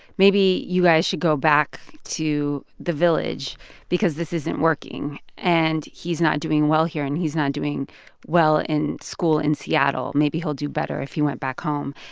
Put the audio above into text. maybe you should go back to the village because this isn't working and he's not doing well here and he's not doing well in school in seattle. maybe he'll do better if he went back home.